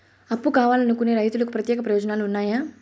అప్పు కావాలనుకునే రైతులకు ప్రత్యేక ప్రయోజనాలు ఉన్నాయా?